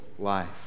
life